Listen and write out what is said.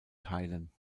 teilen